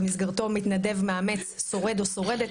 שבמסגרתו מתנדב מאמץ שורד או שורדת,